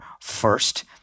first